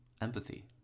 empathy